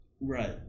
Right